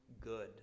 good